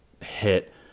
hit